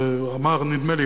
נדמה לי,